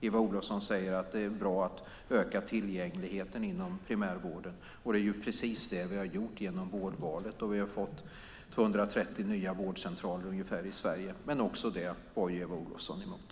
Eva Olofsson säger att det är bra att öka tillgängligheten inom primärvården. Det är precis det vi har gjort genom vårdvalet. Vi har fått ungefär 230 nya vårdcentraler i Sverige. Men också det var Eva Olofsson emot.